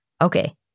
Okay